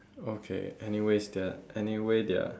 okay anyways they are anyway they are